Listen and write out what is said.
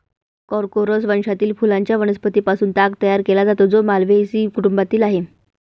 Corchorus वंशातील फुलांच्या वनस्पतीं पासून ताग तयार केला जातो, जो माल्व्हेसी कुटुंबातील आहे